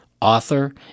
author